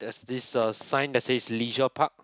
this a sign that says leisure park